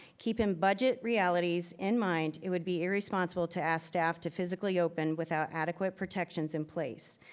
keeping budget realities in mind, it would be irresponsible to ask staff to physically open without adequate protections in place.